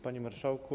Panie Marszałku!